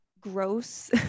gross